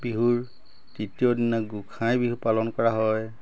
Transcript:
বিহুৰ তৃতীয় দিনা গোঁসাই বিহু পালন কৰা হয়